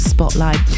Spotlight